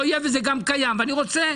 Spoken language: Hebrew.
אני לא רוצה